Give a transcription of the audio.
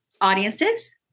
audiences